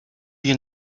you